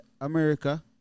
America